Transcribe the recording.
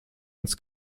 ins